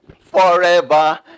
forever